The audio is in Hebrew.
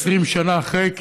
20 שנה אחרי.